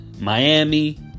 Miami